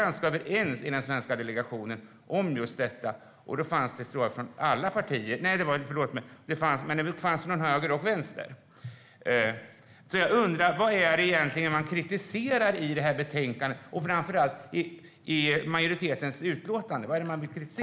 I den svenska delegationen var vi ganska överens om just detta. Den uppfattningen fanns från både höger och vänster. Jag undrar vad man egentligen kritiserar i den här rapporten och framför allt i majoritetens utlåtande.